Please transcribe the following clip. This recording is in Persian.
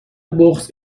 بغض